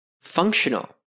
functional